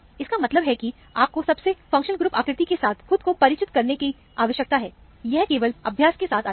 इसका मतलब यह है कि आपको सबसे कार्यात्मक समूह आवृत्ति से परिचित होना होगा यह केवल अभ्यास के साथ आता है